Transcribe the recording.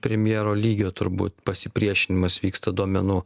premjero lygio turbūt pasipriešinimas vyksta duomenų